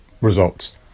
results